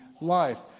life